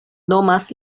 nomas